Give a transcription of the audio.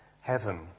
heaven